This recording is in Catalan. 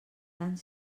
tant